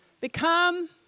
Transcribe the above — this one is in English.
Become